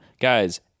Guys